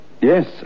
Yes